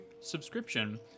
subscription